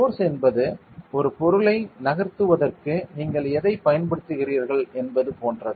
force என்பது ஒரு பொருளை நகர்த்துவதற்கு நீங்கள் எதைப் பயன்படுத்துகிறீர்கள் என்பது போன்றது